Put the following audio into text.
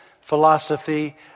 philosophy